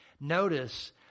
Notice